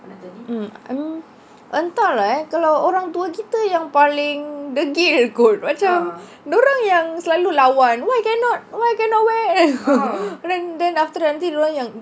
mm entah lah eh kalau orang tua kita yang paling degil kot macam dorang yang selalu lawan why cannot why cannot wear then after that nanti dorang yang